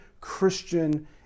Christian